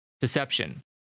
deception